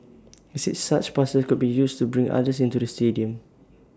he said such passes could be used to bring others into the stadium